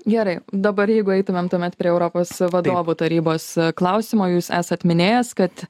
gerai dabar jeigu eitumėm tuomet prie europos vadovų tarybos klausimo jūs esat minėjęs kad